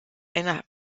eine